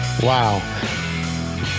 Wow